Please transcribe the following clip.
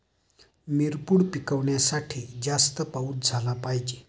मिरपूड पिकवण्यासाठी जास्त पाऊस झाला पाहिजे